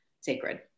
sacred